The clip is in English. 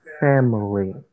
family